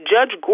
Judge